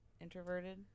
introverted